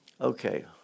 Okay